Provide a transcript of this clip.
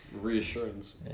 Reassurance